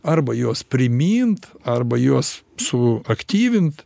arba juos primint arba juos suaktyvint